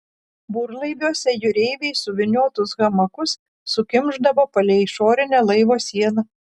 burlaiviuose jūreiviai suvyniotus hamakus sukimšdavo palei išorinę laivo sieną